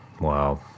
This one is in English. Wow